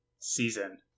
Season